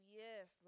yes